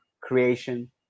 creation